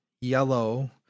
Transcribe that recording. yellow